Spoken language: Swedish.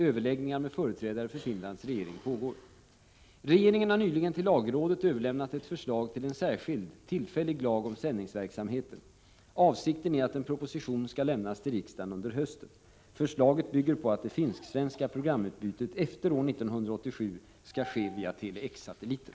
Överläggningar med företrädare för Finlands regering pågår. Regeringen har nyligen till lagrådet överlämnat ett förslag till en särskild, tillfällig lag om sändningsverksamheten. Avsikten är att en proposition skall lämnas till riksdagen under hösten. Förslaget bygger på att det finsk-svenska programutbytet efter år 1987 skall ske via Tele-X-satelliten.